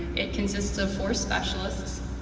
it consists of four specialists,